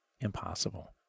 impossible